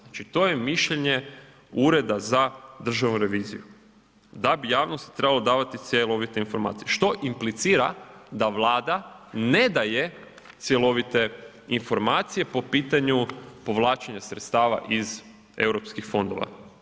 Znači to je mišljenje Ureda za državnu reviziju, da bi javnosti trebalo davati cjelovite informacije što implicira da Vlada ne daje cjelovite informacije po pitanju povlačenja sredstava iz eu fondova.